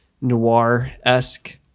noir-esque